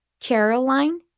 Caroline